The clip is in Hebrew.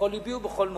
בכל לבי ובכל מאודי.